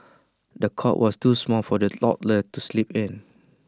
the cot was too small for the toddler to sleep in